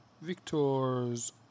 Victor's